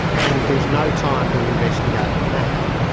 and there's no time to investigate it now.